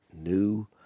new